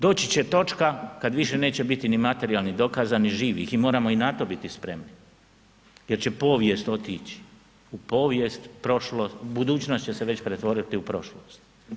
doći će točka kad više neće biti ni materijalnih dokaza ni živih i moramo i na to biti spremni jer će povijest otići u povijest, prošlo, budućnost će se već pretvoriti u prošlost.